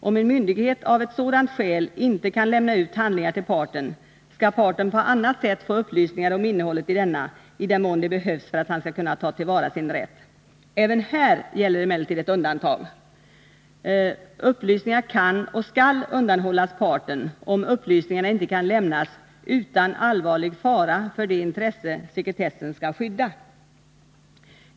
Om en myndighet av ett sådant skäl inte kan lämna ut handlingar till parten, skall parten på annat sätt få upplysningar om innehållet i denna, i den mån det behövs för att han skall kunna ta till vara sin rätt. Även här gäller emellertid ett undantag. Upplysningar kan och skall undanhållas parten, om upplysningarna inte kan lämnas ”utan allvarlig fara för det intresse sekretessen skall skydda”.